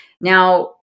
Now